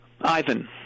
Ivan